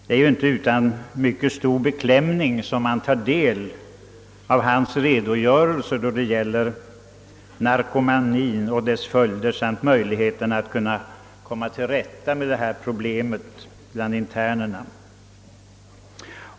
Det är med mycket stor beklämning man tar del av denne läkares redogörelse för narkomanien och dess följder samt möjligheten att komma till rätta med dessa problem bland internerna.